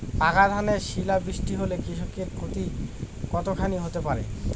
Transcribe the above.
পাকা ধানে শিলা বৃষ্টি হলে কৃষকের ক্ষতি কতখানি হতে পারে?